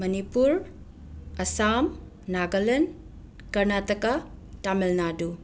Manipur Assam Nagaland Karnataka Tamil Nadu